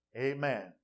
Amen